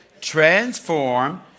transform